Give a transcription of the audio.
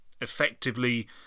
effectively